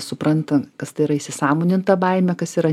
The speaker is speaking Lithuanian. supranta kas tai yra įsisąmoninta baimė kas yra